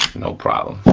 no problem,